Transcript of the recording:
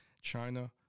China